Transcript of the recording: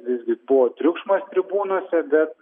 visgi buvo triukšmas tribūnose bet